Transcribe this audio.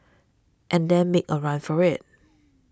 and then make a run for it